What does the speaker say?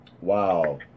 wow